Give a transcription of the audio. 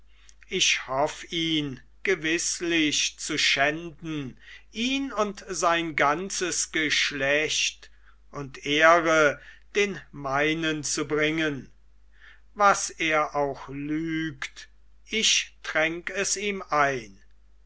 ich hoff ihn gewißlich zu schänden ihn und sein ganzes geschlecht und ehre den meinen zu bringen was er auch lügt ich tränk es ihm ein